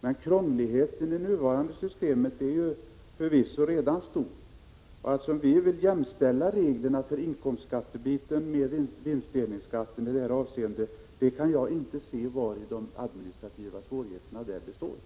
Men det nuvarande systemet är förvisso redan behäftat med stor krånglighet. Vi vill ha samma regler för vinstdelningsskatten för inkomstskattetaxeringen i det här avseendet, och kan jag inte se några administrativa svårigheter med det.